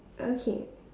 okay